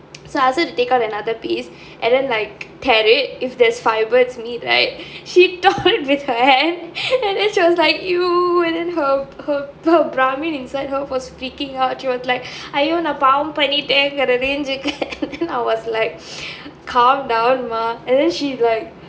so I ask her to take out another piece and then like tear it if there's fibre it's meat right she tore it with her hands and then she was like !eww! and then her her !aiyo! inside her was freaking out she was like !aiyo! நான் பாவம் பண்ணிட்டேன்ங்கற:naan paavam pannittaengra range then I was like calm down மா:maa and then she like